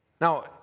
Now